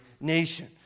nation